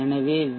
எனவே வி